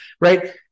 Right